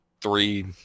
three